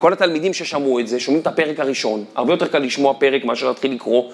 כל התלמידים ששמעו את זה שומעים את הפרק הראשון, הרבה יותר קל לשמוע פרק מאשר להתחיל לקרוא.